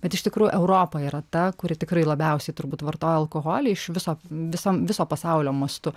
bet iš tikrųjų europa yra ta kuri tikrai labiausiai turbūt vartoja alkoholį iš viso visam viso pasaulio mastu